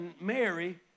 Mary